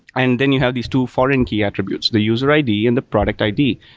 and then you have these two foreign key attributes, the user i d. and the product i d.